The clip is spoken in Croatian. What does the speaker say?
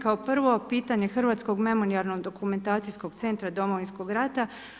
Kao prvo, pitanje Hrvatskog memorijalno-dokumentacijskog centra Domovinskog rata.